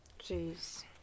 Jeez